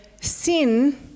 sin